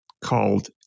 called